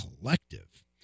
collective